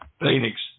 Phoenix